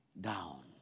down